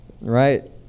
right